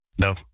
No